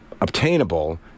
obtainable